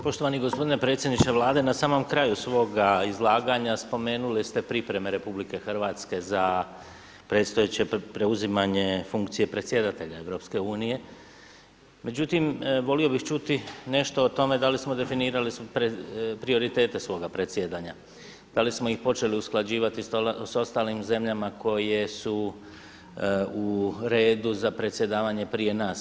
Poštovani gospodine predsjedniče Vlade, na samom kraju svoga izlaganja spomenuli ste pripreme RH za predstojeće, preuzimanje funkcije predsjedatelja EU, međutim volio bih čuti nešto o tome da li smo definirali prioritete svoga predsjedanja, da li smo ih počeli usklađivati s ostalim zemljama koje su redu za predsjedavanje prije nas.